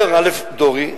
אומר א' דורי,